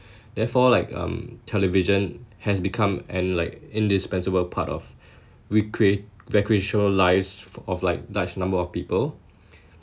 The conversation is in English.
therefore like um television has become an like indispensable part of recreate recreational lives for of like large number of people